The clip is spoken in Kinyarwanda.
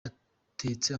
atetse